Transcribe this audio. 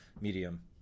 medium